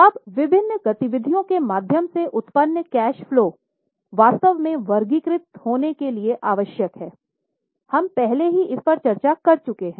अब विभिन्न गतिविधियों के माध्यम से उत्पन्न कैश फलो वास्तव में वर्गीकृत होने के लिए आवश्यक हैं हम पहले ही इस पर चर्चा कर चुके हैं